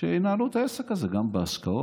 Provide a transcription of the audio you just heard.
שינהלו את העסק הזה, גם בהשקעות